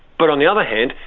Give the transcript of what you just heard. but on the other hand,